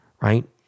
right